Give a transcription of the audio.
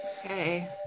Hey